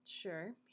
sure